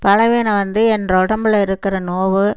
பலவீனம் வந்து என் உடம்புல இருக்கிற நோய்